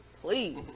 please